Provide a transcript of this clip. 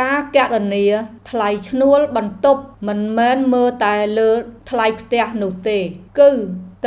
ការគណនាថ្លៃឈ្នួលបន្ទប់មិនមែនមើលតែលើថ្លៃផ្ទះនោះទេ គឺ